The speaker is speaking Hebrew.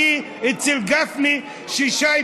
השיא היה אצל גפני, כששי